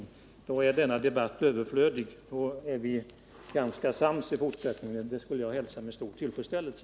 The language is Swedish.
I så fall är denna debatt överflödig, ty då är vi ganska sams i fortsättningen. Det skulle jag hälsa med stor tillfredsställelse.